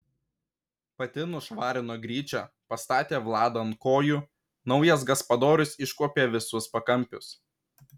pati nušvarino gryčią pastatė vladą ant kojų naujas gaspadorius iškuopė visus pakampius